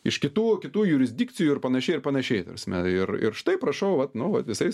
iš kitų kitų jurisdikcijų ir panašiai ir panašiai ta prasme ir ir štai prašau vat nu vat jisai